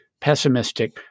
pessimistic